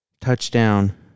touchdown